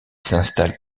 s’installe